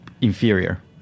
inferior